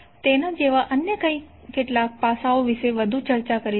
તેના જેવા અન્ય કેટલાક પાસાઓ વિશે વધુ ચર્ચા કરીશું